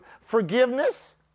forgiveness